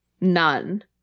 none